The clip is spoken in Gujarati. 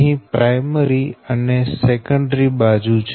અહી પ્રાયમરી અને સેકન્ડરી બાજુ છે